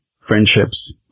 friendships